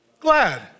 glad